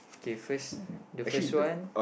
okay first the first one